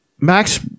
Max